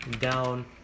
down